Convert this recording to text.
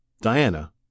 Diana